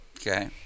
okay